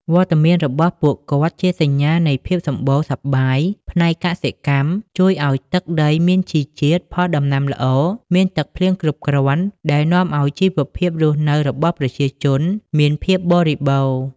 វត្តមានរបស់ពួកគាត់ជាសញ្ញានៃ ភាពសម្បូរសប្បាយផ្នែកកសិកម្ម ជួយឲ្យទឹកដីមានជីជាតិ ផលដំណាំល្អ មានទឹកភ្លៀងគ្រប់គ្រាន់ ដែលនាំឲ្យជីវភាពរស់នៅរបស់ប្រជាជនមានភាពបរិបូរណ៍។